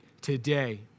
today